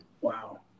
Wow